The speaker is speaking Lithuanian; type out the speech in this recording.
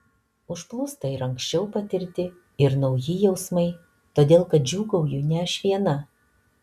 užplūsta ir anksčiau patirti ir nauji jausmai todėl kad džiūgauju ne aš viena